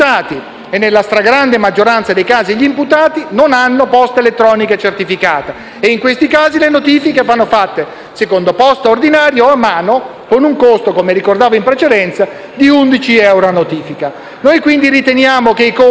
e, nella stragrande maggioranza dei casi, gli imputati non hanno posta elettronica certificata per cui le notifiche vanno fatte secondo posta ordinaria o a mano, con un costo - come ricordavo in precedenza - di 11 euro a notifica. Noi, quindi, riteniamo che i costi